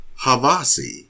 Havasi